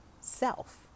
self